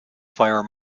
fire